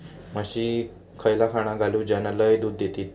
म्हशीक खयला खाणा घालू ज्याना लय दूध देतीत?